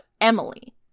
Emily